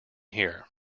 here